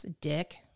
Dick